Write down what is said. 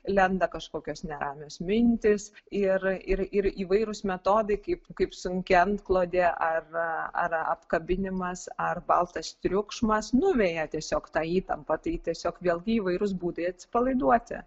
lenda kažkokios neramios mintys ir ir ir įvairūs metodai kaip kaip sunki antklodė ar ar apkabinimas ar baltas triukšmas nuveja tiesiog tą įtampą tai tiesiog vėlgi įvairūs būdai atsipalaiduoti